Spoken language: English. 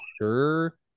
sure